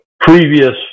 previous